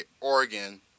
Oregon